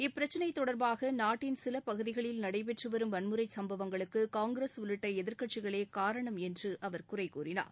இப்பிரச்சினை தொடர்பாக நாட்டின் சில பகுதிகளில் நடைபெற்று வரும் வன்முறைச் சும்பவங்களுக்கு காங்கிரஸ் உள்ளிட்ட எதிர்க்கட்சிகளே காரணம் என்றும் அவர் குறைகூறினார்